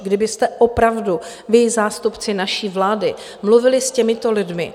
Kdybyste opravdu vy, zástupci naší vlády, mluvili s těmito lidmi.